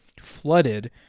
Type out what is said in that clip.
flooded